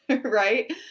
right